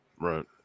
Right